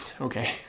Okay